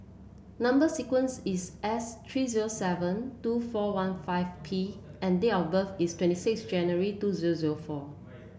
number sequence is S three zero seven two four one five P and date of birth is twenty six January two zero zero four